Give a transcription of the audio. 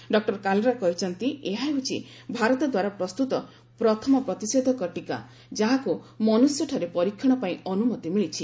doctor Kalra କହିଛନ୍ତି ଏହା ହେଉଛି ଭାରତଦ୍ୱାରା ପ୍ରସ୍ତୁତ ପ୍ରଥମ ପ୍ରତିଷେଧକ ଟୀକା ଯାହାକୁ ମନୁଷ୍ୟଠାରେ ପରୀକ୍ଷଣ ପାଇଁ ଅନୁମତି ମିଳିଛି